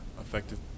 effective